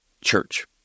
church